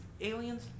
aliens